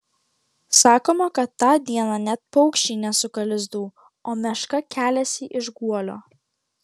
sakoma kad tą dieną net paukščiai nesuka lizdų o meška keliasi iš guolio